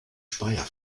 speyer